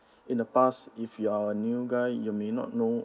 in the past if you are a new guy you may not know